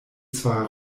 zwar